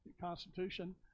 constitution